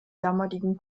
damaligen